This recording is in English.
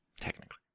Technically